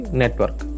network